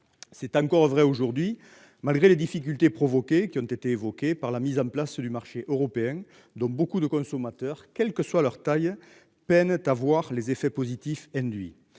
C'est encore vrai aujourd'hui. Malgré les difficultés provoquées qui ont été évoqués par la mise en place du marché européen, donc beaucoup de consommateurs, quel que soit leur taille peinait à voir les effets positifs, induits